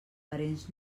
parents